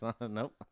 Nope